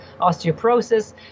osteoporosis